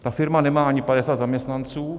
Ta firma nemá ani 50 zaměstnanců.